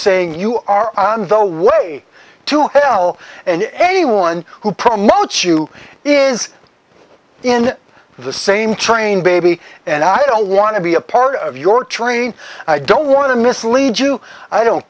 saying you are on the way to hell and anyone who promotes you is in the same train baby and i don't want to be a part of your train i don't want to mislead you i don't